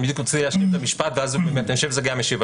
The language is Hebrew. אני אשלים את המשפט ואני חושב שזה ייתן תשובה.